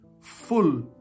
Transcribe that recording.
full